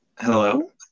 Hello